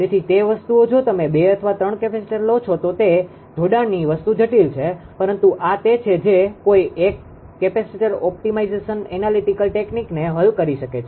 તેથી તે વસ્તુઓ જો તમે 2 અથવા 3 કેપેસિટર લો છો તો તે જોડાણની વસ્તુ જટિલ છે પરંતુ આ તે છે જે કોઈ એક કેપેસિટર ઓપ્ટિમાઇઝેશન વિશ્લેષણાત્મક તકનીકને હલ કરી શકે છે